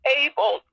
able